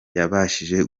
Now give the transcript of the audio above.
yabashije